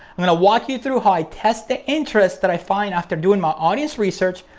i'm gonna walk you through how i test the interests that i find after doing my audience research,